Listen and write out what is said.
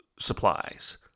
supplies